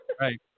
Right